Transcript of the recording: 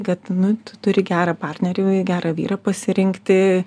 kad nu tu turi gerą partnerį gerą vyrą pasirinkti